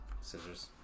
scissors